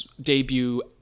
debut